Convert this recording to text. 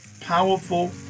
powerful